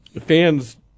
Fans